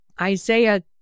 Isaiah